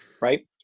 right